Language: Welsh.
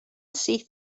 syth